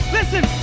Listen